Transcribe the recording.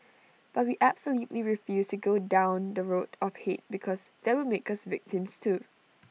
but we absolutely refused to go down the road of hate because that would make us victims too